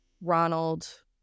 Ronald